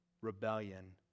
rebellion